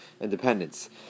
independence